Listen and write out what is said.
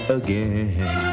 again